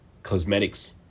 cosmetics